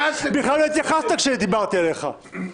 בכלל לא התייחסת כשדיברתי אליך.